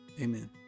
Amen